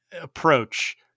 approach